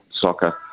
soccer